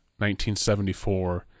1974